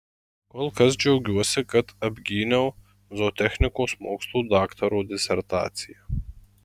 kol kas džiaugiuosi kad apgyniau zootechnikos mokslų daktaro disertaciją